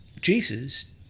Jesus